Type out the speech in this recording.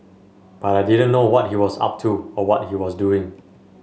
but I didn't know what he was up to or what he was doing